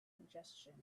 congestion